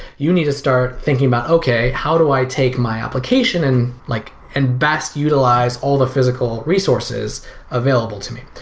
you need to start thinking about okay, how do i take my application and like and best utilize all the physical resources available to me.